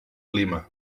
clima